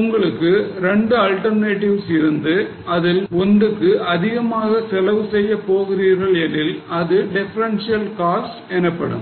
உங்களுக்கு 2 alternatives இருந்து அதில் ஒன்றுக்கு அதிகமாக செலவு செய்யப் போகிறீர்கள் எனில் அது differential cost எனப்படும்